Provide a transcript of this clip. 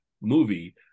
movie